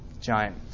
Giant